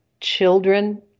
children